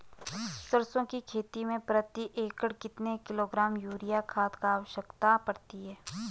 सरसों की खेती में प्रति एकड़ कितने किलोग्राम यूरिया खाद की आवश्यकता पड़ती है?